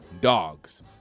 Dogs